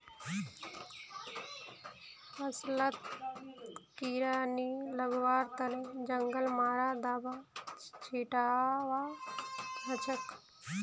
फसलत कीड़ा नी लगवार तने जंगल मारा दाबा छिटवा हछेक